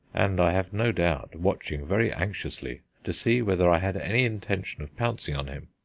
and, i have no doubt, watching very anxiously to see whether i had any intention of pouncing on him.